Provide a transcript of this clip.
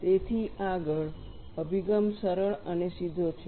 તેથી આગળ અભિગમ સરળ અને સીધો છે